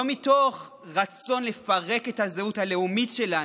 לא מתוך רצון לפרק את הזהות הלאומית שלנו,